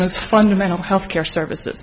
most fundamental health care services